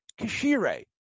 kishire